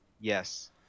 Yes